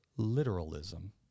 literalism